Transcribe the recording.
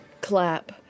Clap